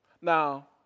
Now